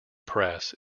press